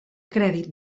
crèdit